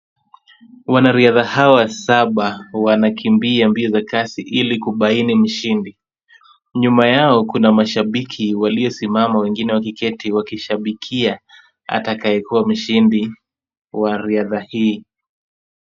Wanariadha hawa saba wanakimbia mbio za kasi ili kubaini mshindi. Nyuma yao kuna mashabiki waliosimama wengine wakiketi wakishabikia atakaye kuwa mshindi wa riadha hii.